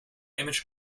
image